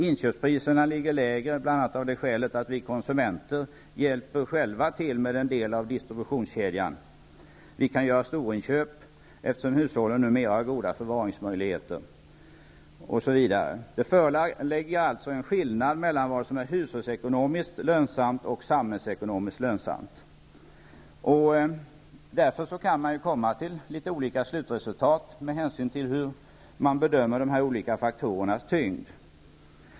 Inköpspriserna ligger lägre i dessa, bl.a. av det skälet att vi konsumenter själva hjälper till med en del av distributionskedjan, vi kan göra storinköp, eftersom hushållen numera har goda förvaringsmöjligheter, osv. Det föreligger alltså en skillnad mellan vad som är hushållsekonomiskt lönsamt och samhällsekonomiskt lönsamt. Därför kan man komma fram till litet olika slutresultat med hänsyn till hur man bedömer de olika faktorernas tyngd.